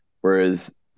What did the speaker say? whereas